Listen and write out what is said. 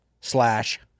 slash